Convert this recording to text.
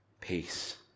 peace